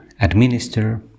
administer